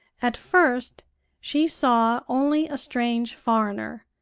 at first she saw only a strange foreigner,